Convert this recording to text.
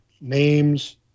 names